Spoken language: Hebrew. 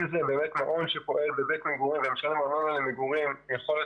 אם זה מעון שפועל בבית מגורים יכול להיות